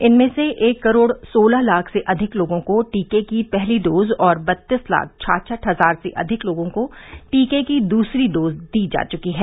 इनमें से एक करोड़ सोलह लाख से अधिक लोगों को टीके की पहली डोज और बत्तीस लाख छाछठ हजार से अधिक लोगों को टीके की दूसरी डोज दी जा चुकी है